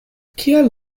kiel